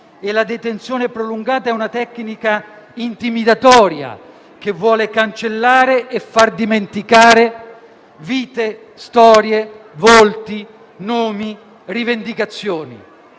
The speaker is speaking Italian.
La detenzione prolungata è una tecnica intimidatoria che vuole cancellare e far dimenticare vite, storie, volti, nomi, rivendicazioni.